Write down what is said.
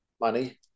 money